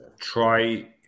try